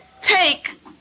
take